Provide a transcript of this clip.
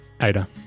Ada